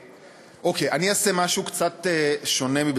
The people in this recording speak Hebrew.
אני אעשה משהו קצת שונה.